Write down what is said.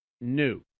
new